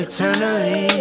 Eternally